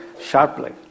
sharply